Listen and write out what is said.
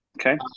okay